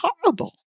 horrible